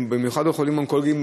במיוחד החולים האונקולוגיים,